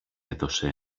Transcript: έδωσε